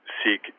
seek